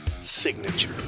signature